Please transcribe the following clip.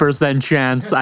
chance